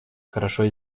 хорошо